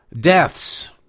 Deaths